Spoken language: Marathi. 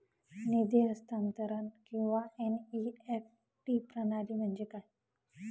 निधी हस्तांतरण किंवा एन.ई.एफ.टी प्रणाली म्हणजे काय?